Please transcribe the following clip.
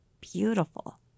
beautiful